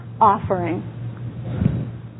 offering